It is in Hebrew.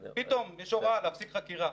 פתאום, יש הוראה להפסיק חקירה.